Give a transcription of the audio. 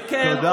וכן,